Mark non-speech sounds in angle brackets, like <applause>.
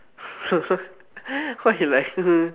<laughs> what a life <laughs>